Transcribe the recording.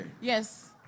Yes